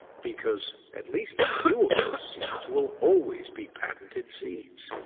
because at least a few of those seeds will always be patented seeds,